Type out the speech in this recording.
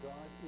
God